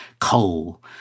coal